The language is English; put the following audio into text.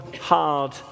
hard